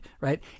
right